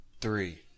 three